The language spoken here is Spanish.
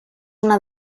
una